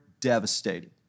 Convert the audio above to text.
devastated